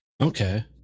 okay